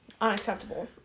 Unacceptable